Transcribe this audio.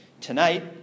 Tonight